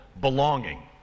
Belonging